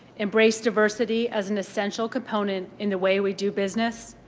embrace diversity as an essential component in the way we do business.